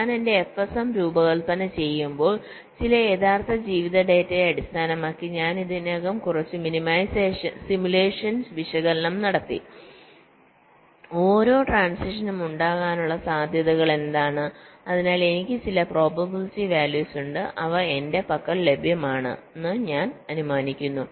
ഞാൻ എന്റെ FSM രൂപകൽപന ചെയ്യുമ്പോൾ ചില യഥാർത്ഥ ജീവിത ഡാറ്റയെ അടിസ്ഥാനമാക്കി ഞാൻ ഇതിനകം കുറച്ച് സിമുലേഷൻ വിശകലനം നടത്തി ഓരോ ട്രാന്സിഷനും ഉണ്ടാകാനുള്ള സാധ്യതകൾ എന്താണ് അതിനാൽ എനിക്ക് ചില പ്രോബബിലിറ്റി വാല്യൂസ് ഉണ്ട് ഇവ എന്റെ പക്കൽ ലഭ്യമാണെന്ന് ഞാൻ അനുമാനിക്കുന്നു